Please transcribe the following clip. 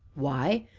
why,